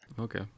Okay